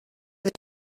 wird